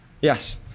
Yes